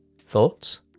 Thoughts